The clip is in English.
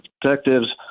detectives